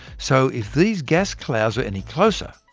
so, if these gas clouds were any closer,